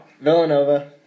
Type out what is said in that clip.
Villanova